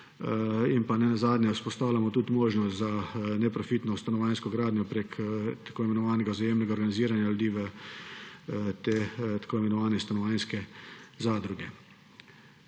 in ne nazadnje vzpostavljamo tudi možnost za neprofitno stanovanjsko gradnjo prek tako imenovanega vzajemnega organiziranja ljudi v tako imenovane stanovanjske zadruge.